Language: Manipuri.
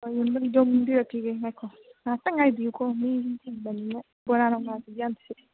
ꯍꯣꯏ ꯌꯣꯝꯕꯤꯔꯛꯈꯤꯒꯦ ꯉꯥꯏꯈꯣ ꯉꯥꯛꯇꯪ ꯉꯥꯏꯕꯤꯌꯨꯀꯣ ꯃꯤꯁꯨ ꯆꯤꯟꯕꯅꯤꯅ ꯕꯣꯔꯥ ꯅꯨꯡꯔꯥꯁꯤꯁꯨ ꯌꯥꯝ ꯁꯤꯠꯂꯤ